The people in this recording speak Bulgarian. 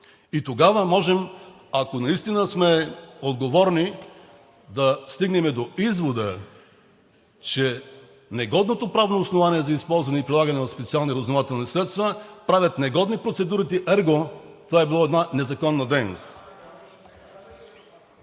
Тогава можем, ако наистина сме отговорни, да стигнем до извода, че негодното правно основание за използване и прилагане на специални разузнавателни средства правят негодни процедурите. Ерго това е била една незаконна дейност.